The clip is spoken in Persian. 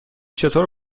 چطور